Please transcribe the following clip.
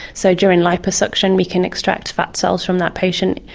so during liposuction we can extract fat cells from that patient.